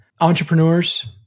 entrepreneurs